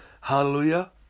Hallelujah